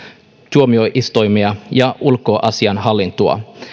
tuomioistuimia ja ulkoasiainhallintoa